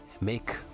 make